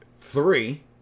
three